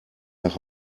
nach